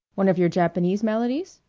one of your japanese melodies?